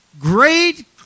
Great